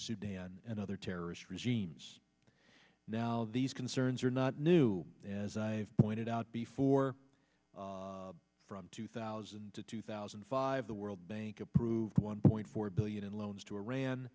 sudan and other terrorist regimes now these concerns are not new as i have pointed out before from two thousand to two thousand and five the world bank approved one point four billion in loans to iran